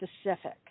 specific